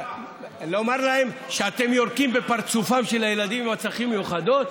לומר להם שאתם יורקים בפרצופם של הילדים עם הצרכים המיוחדים,